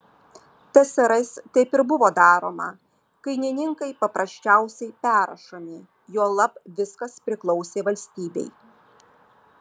tsrs taip ir buvo daroma kainininkai paprasčiausiai perrašomi juolab viskas priklausė valstybei